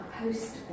post